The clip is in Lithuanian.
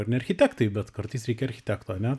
ir ne architektai bet kartais reikia architekto ane